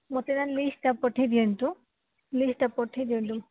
ମୋତେ ନା ଲିଷ୍ଟ୍ଟା ପଠେଇ ଦିଅନ୍ତୁ ଲିଷ୍ଟ୍ଟା ପଠେଇ ଦିଅନ୍ତୁ